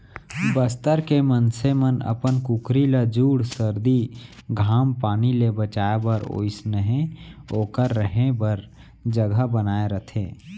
बस्तर के मनसे मन अपन कुकरी ल जूड़ सरदी, घाम पानी ले बचाए बर ओइसनहे ओकर रहें बर जघा बनाए रथें